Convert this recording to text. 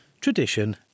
tradition